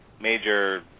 major